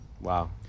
Wow